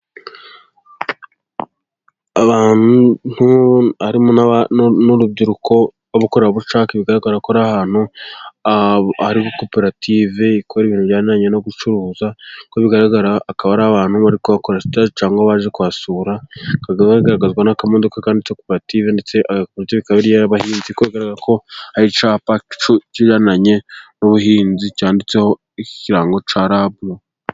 Abantu harimo n'urubyiruko n'abakorerabushake, bigaragara ko ari ahantu hari koperative ikora ibintu bijyaniranye no gucuruza, uko bigaragara akaba ari abantu bari kuhakora sitaje cyangwa baje kuhasura, bakaba bagaragazwa n'akamodoka kanditseho koperative y'abahinzi, bigaragara ko ari icyapa kijyaniranye n'ubuhinzi, cyanditseho ikirango cya rabu.